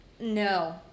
no